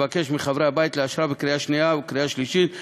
ואני מבקש מחברי הבית לאשרה בקריאה שנייה ובקריאה שלישית.